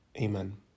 Amen